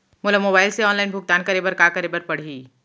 मोला मोबाइल से ऑनलाइन भुगतान करे बर का करे बर पड़ही?